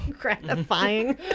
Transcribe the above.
gratifying